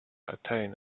attain